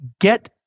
get